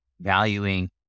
valuing